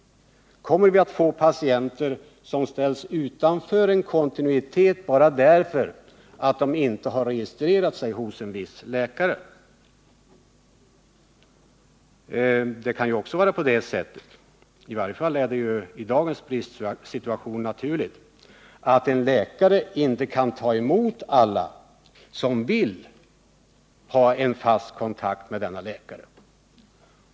Kommer vi att få patienter som ställs utanför en kontinuitet bara därför att de inte har registrerat sig hos en viss läkare? Det kan ju också vara på det sättet — i varje fall är det i dagens bristsituation naturligt — att en läkare inte kan ta emot alla som vill ha en fast kontakt med denne läkare.